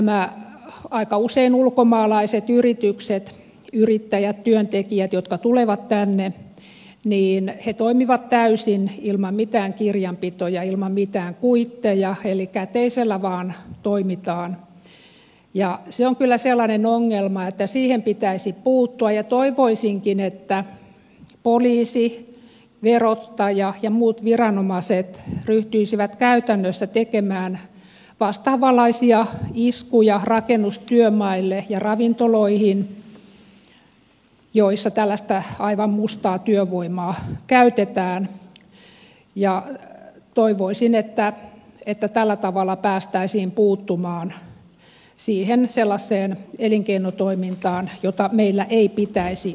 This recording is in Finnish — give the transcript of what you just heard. nämä aika usein ulkomaalaiset yritykset yrittäjät työntekijät jotka tulevat tänne toimivat täysin ilman mitään kirjanpitoja ilman mitään kuitteja eli käteisellä vain toimitaan ja se on kyllä sellainen ongelma että siihen pitäisi puuttua ja toivoisinkin että poliisi verottaja ja muut viranomaiset ryhtyisivät käytännössä tekemään vastaavanlaisia iskuja rakennustyömaille ja ravintoloihin joissa tällaista aivan mustaa työvoimaa käytetään ja toivoisin että tällä tavalla päästäisiin puuttumaan siihen sellaiseen elinkeinotoimintaan jota meillä ei pitäisi olla